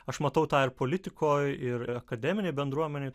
aš matau tą ir politikoj ir akademinėj bendruomenjė